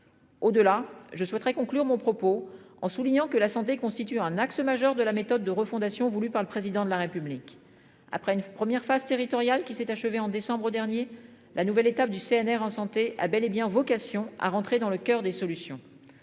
Au-delà je souhaiterais conclure mon propos en soulignant que la santé constitue un axe majeur de la méthode de refondation voulu par le président de la République. Après une première phase territorial qui s'est achevé en décembre dernier la nouvelle étape du CNR en santé a bel et bien vocation à rentrer dans le coeur des solutions.